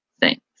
Thanks